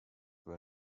are